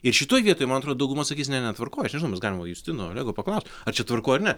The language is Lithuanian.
ir šitoj vietoj man atrodo dauguma sakys ne netvarkoj čia žinoma mes galim justino olego paklaust ar čia tvarkoj ar ne